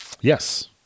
Yes